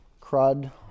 crud